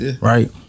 right